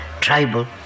tribal